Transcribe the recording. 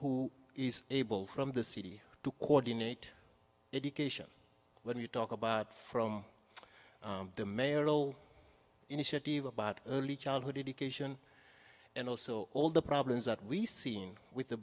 who is able from the city to coordinate education when you talk about from the mayoral initiative about early childhood education and also all the problems that we seen with